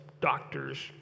doctor's